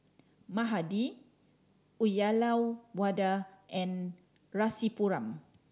Mahade Uyyalawada and Rasipuram